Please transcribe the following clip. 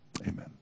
Amen